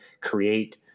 create